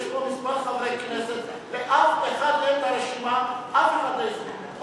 אין רשימה מעודכנת רשמית שפורסמה לציבור.